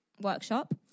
workshop